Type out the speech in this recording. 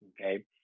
okay